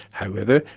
however,